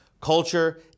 culture